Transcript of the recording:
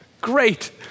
Great